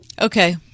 Okay